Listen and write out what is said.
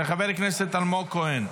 של חבר הכנסת אלמוג כהן.